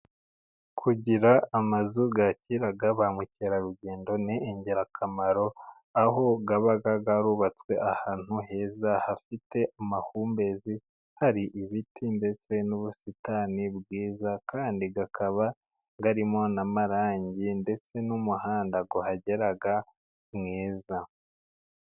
Kugira amazu yakira ba mukerarugendo ni ingirakamaro aho aba yarubatswe ahantu heza, hafite amahumbezi, hari ibiti ndetse n'ubusitani bwiza, kandi akaba arimo n'amarangi ndetse n'umuhanda uhagera neza.